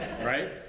right